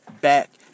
back